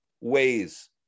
ways